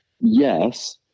Yes